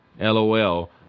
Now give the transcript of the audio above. LOL